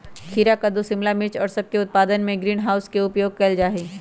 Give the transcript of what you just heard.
खीरा कद्दू शिमला मिर्च और सब के उत्पादन में भी ग्रीन हाउस के उपयोग कइल जाहई